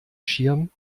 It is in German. schirm